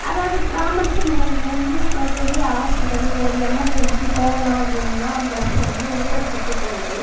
அதாவது கிராமத்துங்கலேருந்து இப்போ வெளியே ஹாஸ்பிட்டல் ஒரு எமர்ஜென்சி போகணும் அப்படின்னா பஸ் வந்து ஊரை சுற்றி போகுது